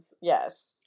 Yes